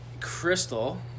Crystal